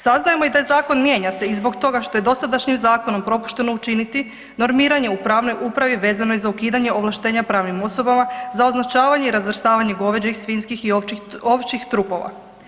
Saznajemo da Zakon mijenja se i zbog toga što je dosadašnjim Zakonom propušteno učiniti normiranje u pravnoj upravi vezanoj za ukidanje ovlaštenja pravnim osobama za označavanje i razvrstavanje goveđih i svinjskih i ovčjih trupova.